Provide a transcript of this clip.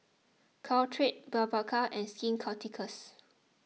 Caltrate Blephagel and Skin Ceuticals